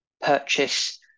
purchase